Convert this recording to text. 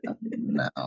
no